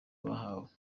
bahawe